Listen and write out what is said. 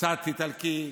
קצת איטלקי,